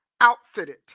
outfitted